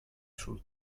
sul